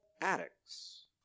addicts